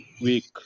week